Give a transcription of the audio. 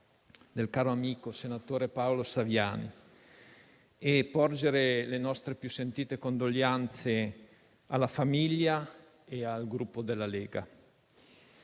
del caro amico, senatore Paolo Saviane, e porgere le nostre più sentite condoglianze alla famiglia e al Gruppo della Lega.